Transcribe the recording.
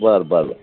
बर बर